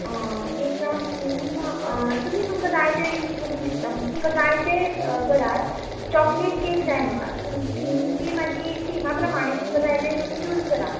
केकां theme तुमी तुमकां जाय ते यूज करूंक शकता तुमकां जाय ते करात चॉकलेट केक जाय म्हाका थीम ती मागी थिमा प्रमाणे तुमकां जाय ते तुमी चूज करात